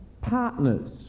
partners